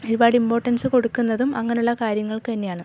ഒരുപാട് ഇമ്പോർട്ടൻസ് കൊടുക്കുന്നതും അങ്ങനെയുള്ള കാര്യങ്ങൾക്ക് തന്നെയാണ്